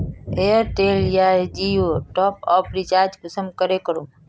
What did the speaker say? Airtel या जियोर top आप रिचार्ज कुंसम करे करूम?